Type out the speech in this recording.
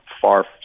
far